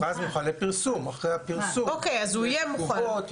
מכרז מוכן לפרסום אחרי הפרסום יש תגובות,